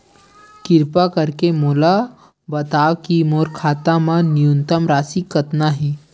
किरपा करके मोला बतावव कि मोर खाता मा न्यूनतम राशि कतना हे